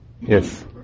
Yes